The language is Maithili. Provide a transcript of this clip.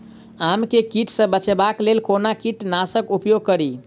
आम केँ कीट सऽ बचेबाक लेल कोना कीट नाशक उपयोग करि?